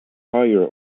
higher